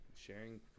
Sharing